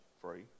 free